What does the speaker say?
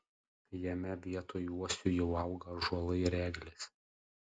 jame vietoj uosių jau auga ąžuolai ir eglės